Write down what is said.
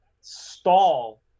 stall